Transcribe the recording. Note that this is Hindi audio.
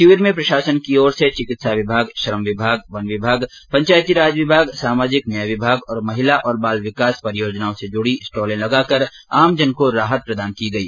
शिविर में प्रशासनकी ओर से चिकित्सा श्रम वन पंचायतीराज विभाग सामाजिक न्याय विमाग महिला और बालविकास परियोजनाओं से जूड़ी स्टॉले लगाकर आमजन को राहत प्रदान की गई